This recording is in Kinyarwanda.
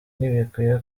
ntibikwiye